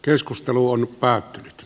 keskustelu on päättynyt